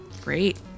Great